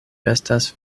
estas